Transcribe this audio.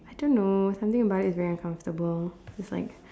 I don't know something about is very uncomfortable is like